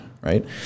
right